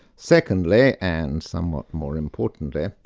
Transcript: secondly, and somewhat more importantly,